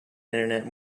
internet